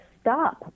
stop